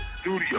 studio